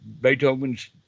Beethoven's